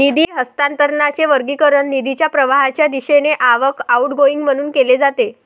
निधी हस्तांतरणाचे वर्गीकरण निधीच्या प्रवाहाच्या दिशेने आवक, आउटगोइंग म्हणून केले जाते